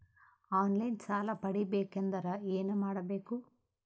On line ಸಾಲ ಪಡಿಬೇಕಂದರ ಏನಮಾಡಬೇಕು?